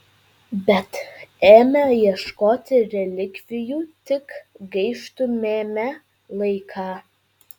bet ėmę ieškoti relikvijų tik gaištumėme laiką